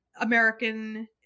American